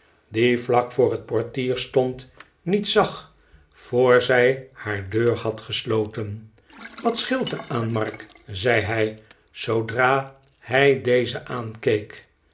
die vlak voor het portier stond niet zag voor zij haar deur had gesloten wat scheelt er aan mark zei hij zoodra hij dezen aankeek